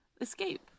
Escape